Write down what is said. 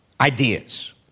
ideas